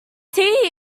tea